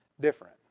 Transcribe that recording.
different